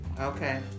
Okay